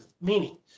meaning